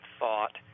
thought